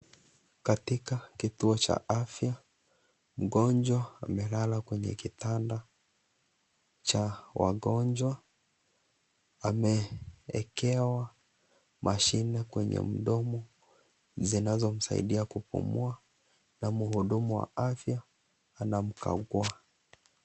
Katika kituo cha afya, mgonjwa amelala kwenye kitanda cha wagonjwa. Ameekewa mashine kwenye mdomo, zinazomsaidia kupumua na mhudumu wa afya anamkagua.